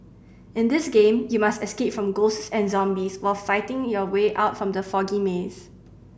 in this game you must escape from ghosts and zombies while finding the way out from the foggy maze